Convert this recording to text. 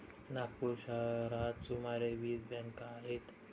नागपूर शहरात सुमारे वीस बँका आहेत